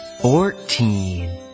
fourteen